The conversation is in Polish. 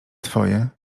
twoje